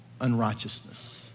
unrighteousness